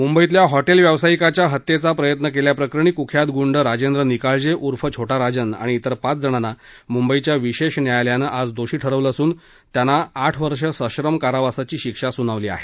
मुंबईतल्या हॉटेल व्यावसायिकाच्या हत्येचा प्रयत्न केल्याप्रकरणी कुख्यात गुंड राजेंद्र निकाळजे ऊर्फ छोटा राजन आणि इतर पाचजणांना मुंबई विशेष न्यायालयानं आज दोषी ठरवलं असून त्यांना आठ वर्ष सश्रम कारवासाची शिक्षा सूनावली आहे